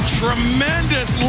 tremendous